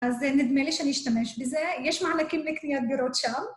אז נדמה לי שאני אשתמש בזה. יש מהלכים לקניית דירות שם?